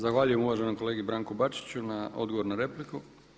Zahvaljujem uvaženom kolegi Branku Bačiću na odgovoru na repliku.